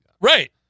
Right